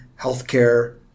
healthcare